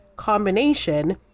combination